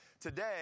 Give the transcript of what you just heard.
Today